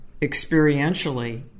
experientially